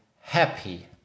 happy